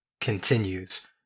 continues